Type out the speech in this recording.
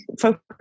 focus